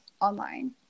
online